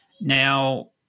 Now